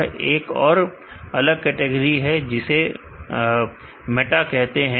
और एक और अलग कैटेगरी है जिसे मिटा कहते हैं